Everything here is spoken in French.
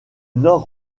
nord